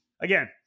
Again